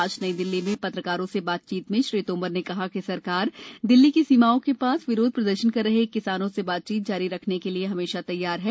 आज नई दिल्ली में त्रकारों से बातचीत में श्री तोमर ने कहा कि सरकार दिल्ली की सीमाओं के ास विरोध प्रदर्शन कर रहे किसानों से बातचीत जारी रखने के लिए हमेशा तैयार है